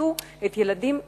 שישרתו את הילדים שלנו,